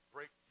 Break